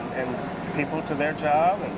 and people to their job.